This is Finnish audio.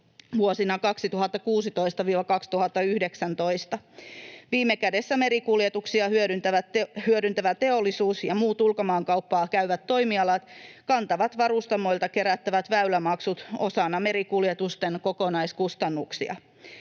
vuosina 2016—2019. Viime kädessä merikuljetuksia hyödyntävät teollisuus ja muut ulkomaankauppaa käyvät toimialat kantavat varustamoilta kerättävät väylämaksut osana merikuljetusten kokonaiskustannuksia.